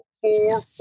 four